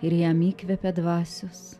ir jam įkvepia dvasios